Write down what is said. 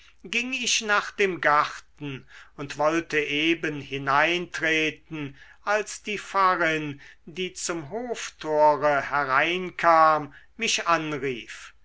ging ich nach dem garten und wollte eben hineintreten als die pfarrin die zum hoftore hereinkam mich anrief